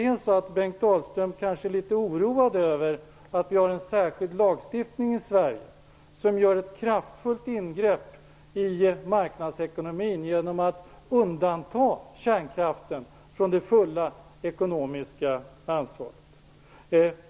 Kanske Bengt Dalström är litet oroad över att vi har en särskild lagstiftning i Sverige, som gör ett kraftfullt ingrepp i marknadsekonomin genom att undanta kärnkraften från det fulla ekonomiska ansvaret.